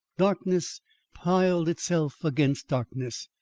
darkness piled itself against darkness,